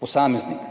posameznik.